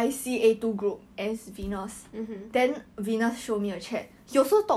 like how